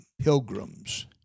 pilgrims